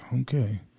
okay